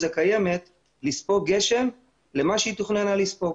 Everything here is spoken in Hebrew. הקיימת לספוג גשם כפי שהיא תוכננה לספוג.